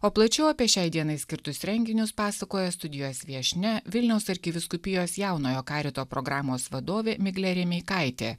o plačiau apie šiai dienai skirtus renginius pasakoja studijos viešnia vilniaus arkivyskupijos jaunojo karito programos vadovė miglė remeikaitė